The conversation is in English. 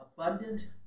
Abundant